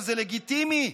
שזה לגיטימי,